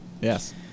Yes